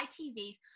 ITV's